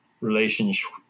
relationship